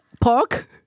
pork